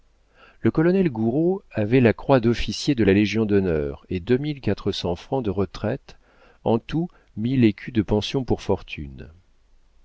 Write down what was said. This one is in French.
le colonel gouraud avait la croix d'officier de la légion-d'honneur et deux mille quatre cents francs de retraite en tout mille écus de pension pour fortune